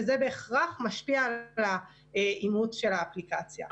וזה בהכרח משפיע על האימוץ של האפליקציה.